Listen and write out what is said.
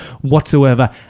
whatsoever